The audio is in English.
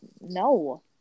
no